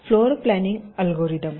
तर floor planning algorithm